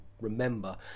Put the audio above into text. remember